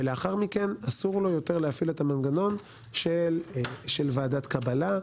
ולאחר מכן אסור לו יותר להפעיל את המנגנון של ועדת קבלה.